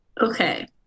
Okay